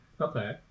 Okay